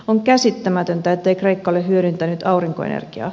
on käsittämätöntä ettei kreikka ole hyödyntänyt aurinkoenergiaa